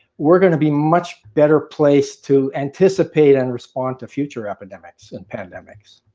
we're going to be much better place to anticipate and respond to future epidemics and pandemics.